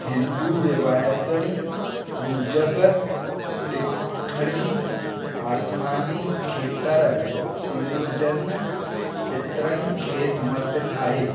हिंदू रिवायतुनि मुजिबि ॾिखणी आसमानी खेतरि पूर्वजनि पित्रनि खे समर्पित आहे